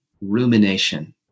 rumination